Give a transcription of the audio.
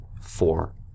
four